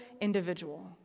individual